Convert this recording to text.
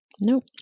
Nope